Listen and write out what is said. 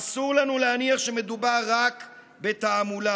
אסור לנו להניח שמדובר רק בתעמולה.